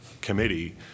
committee